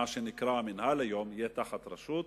מה שנקרא "המינהל" היום, יהיה תחת רשות.